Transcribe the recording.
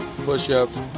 push-ups